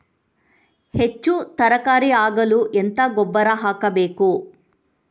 ಹೆಚ್ಚು ತರಕಾರಿ ಆಗಲು ಎಂತ ಗೊಬ್ಬರ ಹಾಕಬೇಕು?